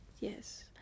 yes